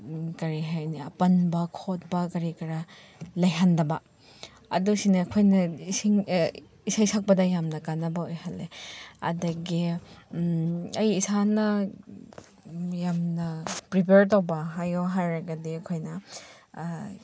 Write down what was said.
ꯀꯔꯤ ꯍꯥꯏꯅ ꯄꯟꯕ ꯈꯣꯠꯄ ꯀꯔꯤ ꯀꯔꯥ ꯂꯩꯍꯟꯗꯕ ꯑꯗꯨꯁꯤꯡꯅ ꯑꯩꯈꯣꯏꯅ ꯏꯁꯤꯡ ꯏꯁꯩ ꯁꯛꯄꯗ ꯌꯥꯝꯅ ꯀꯥꯟꯅꯕ ꯑꯣꯏꯍꯜꯂꯦ ꯑꯗꯒꯤ ꯑꯩ ꯏꯁꯥꯅ ꯌꯥꯝꯅ ꯄ꯭ꯔꯤꯄꯤꯌꯔ ꯇꯧꯕ ꯍꯥꯏꯌꯣ ꯍꯥꯏꯔꯒꯗꯤ ꯑꯩꯈꯣꯏꯅ